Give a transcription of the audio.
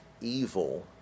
evil